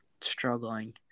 struggling